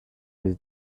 his